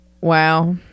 Wow